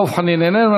דב חנין, איננו.